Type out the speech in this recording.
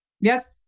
Yes